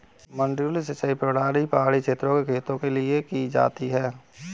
मडडू सिंचाई प्रणाली पहाड़ी क्षेत्र में खेती के लिए की जाती है